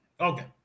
Okay